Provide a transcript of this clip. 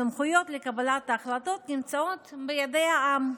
הסמכויות לקבלת ההחלטות נמצאות בידי העם.